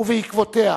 ובעקבותיה